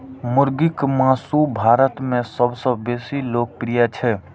मुर्गीक मासु भारत मे सबसं बेसी लोकप्रिय छै